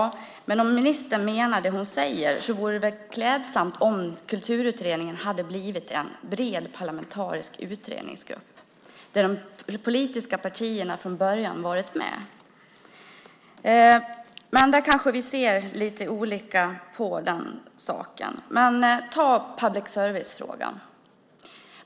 Om ministern menar vad hon säger vore det klädsamt om Kulturutredningen hade blivit en bred parlamentarisk utredningsgrupp där de politiska partierna varit med från början. Men vi ser nog där lite olika på saken. Titta på public service-frågan.